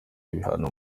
ibihano